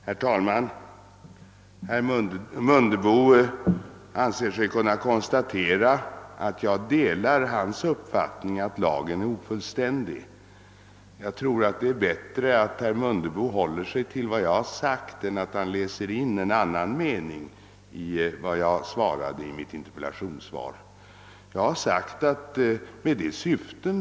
Herr talman! Herr Mundebo anser sig kunna konstatera att jag delar hans uppfattning att den nuvarande lagen är ofullständig. Jag tror att herr Mundebo bör hålla sig till vad jag har sagt och inte försöka i mitt interpellationssvar läsa in något annat än vad det innehåller.